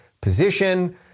position